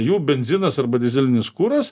jų benzinas arba dyzelinis kuras